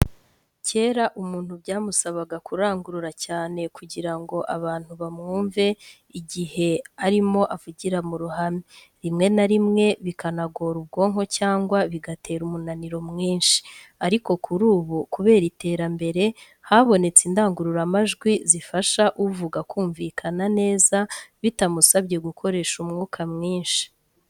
Kera umuntu byamusabaga kurangurura cyane kugira ngo abantu bamwumve igihe arimo avugira mu ruhame, rimwe na rimwe bikanagora ubwonko cyangwa bigatera umunaniro mwinshi. Ariko kuri ubu, kubera iterambere, habonetse indangururamajwi zifasha uvuga kumvikana neza bitamusabye gukoresha umwuka mwinshi.